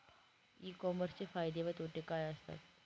E कॉमर्सचे फायदे व तोटे काय असतात?